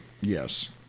Yes